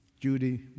Judy